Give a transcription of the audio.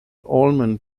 almond